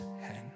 hand